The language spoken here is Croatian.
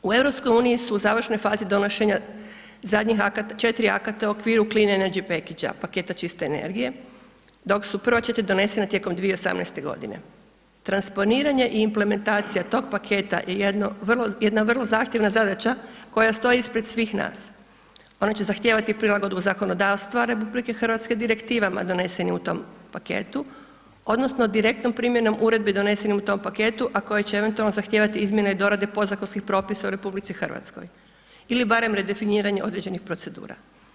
Ali to nije sve, u EU su u završnoj fazi donošenja 4 akata u okviru… [[Govornik se ne razumije]] paketa čiste energije, dok su prva 4 donesena tijekom 2018.g. Transponiranje i implementacija tog paketa je jedna vrlo zahtjevna zadaća koja stoji ispred svih nas, ona će zahtijevati prilagodbu zakonodavstva RH Direktivama donesenim u tom paketu odnosno direktnom primjenom uredbe donesenom u tom paketu, a koje će eventualno zahtijevati izmjene i dorade podzakonskih propisa u RH ili barem redefiniranje određenih procedura.